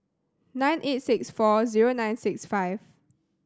nine eight six four zero nine six five